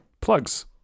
plugs